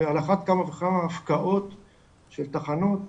ועל אחת כמה וכמה הפקעות של תחנות.